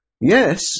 Yes